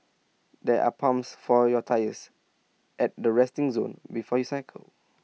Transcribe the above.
there are pumps for your tyres at the resting zone before you cycle